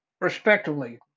respectively